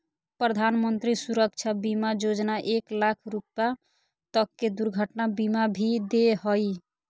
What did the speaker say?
प्रधानमंत्री सुरक्षा बीमा योजना एक लाख रुपा तक के दुर्घटना बीमा भी दे हइ